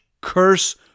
curse